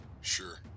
Sure